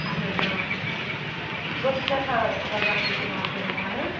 اَہَن حظ آ گوٚو سٮ۪ٹھاہ سزا چھُکھ یِوان دِنہٕ اَہَن حظ